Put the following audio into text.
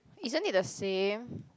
isn't it the same